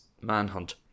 manhunt